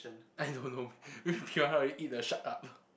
I don't know maybe piranha already eat the shark up